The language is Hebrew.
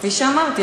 כפי שאמרתי,